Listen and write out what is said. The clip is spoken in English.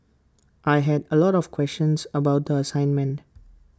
I had A lot of questions about the assignment